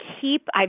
keep